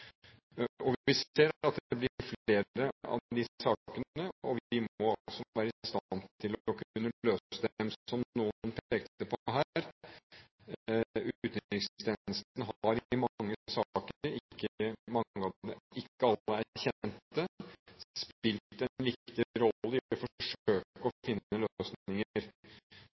Vi ser at det blir flere av de sakene, og vi må altså kunne være i stand til å løse dem. Som noen pekte på her: Utenrikstjenesten har i mange saker – ikke alle er kjente – spilt en viktig rolle i å forsøke å finne